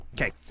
Okay